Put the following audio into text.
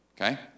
okay